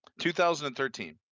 2013